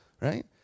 Right